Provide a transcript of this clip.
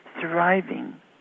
thriving